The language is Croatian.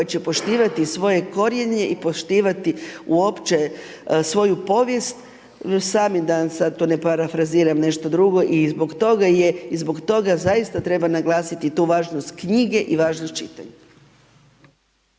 koja će poštivati svoje korijenje i poštivati uopće svoju povijest, sami da tu ne parafraziram nešto drugo i zbog toga je, i zbog toga zaista treba naglasiti tu važnost knjige i važnost čitanja.